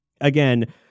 again